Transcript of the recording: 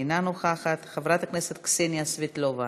אינה נוכחת, חברת הכנסת קסניה סבטלובה,